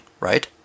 Right